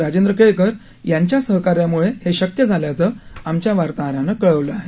राजेंद्र केळकर यांच्या सहकार्यामुळे हे शक्य झाल्याचं आमच्या वार्ताहरानं कळवलं आहे